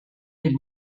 del